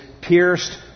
pierced